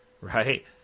Right